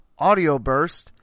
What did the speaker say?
AudioBurst